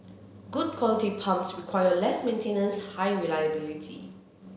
good quality pumps require less maintenance high reliability